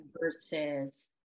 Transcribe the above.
versus